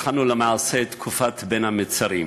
התחלנו למעשה את תקופת בין המצרים,